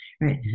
Right